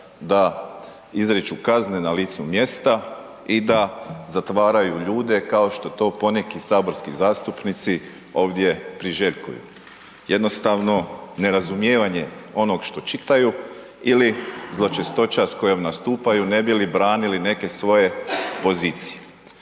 da izriču kazne na licu mjesta i da zatvaraju ljude, kao što to poneki saborski zastupnici ovdje priželjkuju. Jednostavno, nerazumijevanje onog što čitaju ili zločestoća s kojom nastupaju, ne bi li branili neke svoje pozicije.